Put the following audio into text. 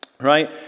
right